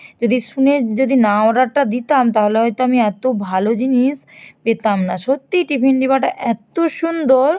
যদি শুনে যদি না অর্ডারটা দিতাম তাহলে হয়তো আমি এতো ভালো জিনিস পেতাম না সত্যিই টিফিন ডিবাটা এত সুন্দর